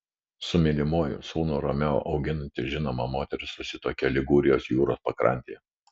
su mylimuoju sūnų romeo auginanti žinoma moteris susituokė ligūrijos jūros pakrantėje